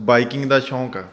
biking ਦਾ ਸ਼ੌਕ ਆ